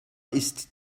ist